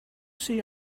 see